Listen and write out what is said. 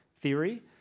theory